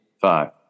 Five